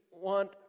want